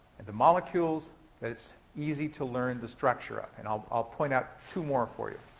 and the molecules that it's easy to learn the structure of, and i'll point out two more for you.